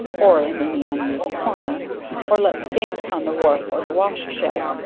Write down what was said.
or in any unused corner or let stand upon the wharf, or the wash shed.